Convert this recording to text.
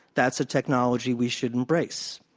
that's a technology we should embrace.